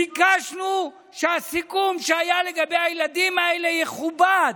ביקשנו שהסיכום שהיה לגבי הילדים האלה יכובד.